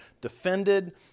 defended